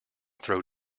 throw